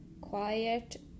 quiet